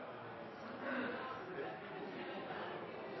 men det er